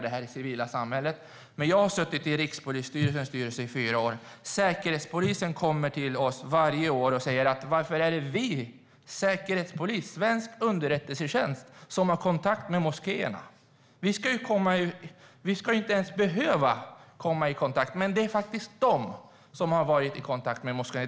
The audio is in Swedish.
Det här är det civila samhället. Men jag har suttit i Rikspolisstyrelsens styrelse i fyra år. Säkerhetspolisen kommer till oss varje år och säger: Varför är det vi, säkerhetspolis och svensk underrättelsetjänst, som har kontakt med moskéerna? Vi ska ju inte ens behöva komma i kontakt med dem. Men det är faktiskt de som har varit i kontakt med moskéerna.